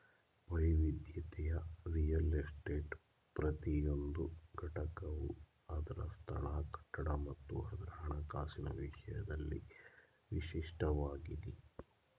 ವೈವಿಧ್ಯತೆಯ ರಿಯಲ್ ಎಸ್ಟೇಟ್ನ ಪ್ರತಿಯೊಂದು ಘಟಕವು ಅದ್ರ ಸ್ಥಳ ಕಟ್ಟಡ ಮತ್ತು ಅದ್ರ ಹಣಕಾಸಿನ ವಿಷಯದಲ್ಲಿ ವಿಶಿಷ್ಟವಾಗಿದಿ